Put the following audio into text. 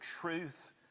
truth